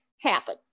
happen